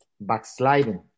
backsliding